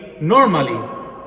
normally